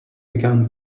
began